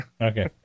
okay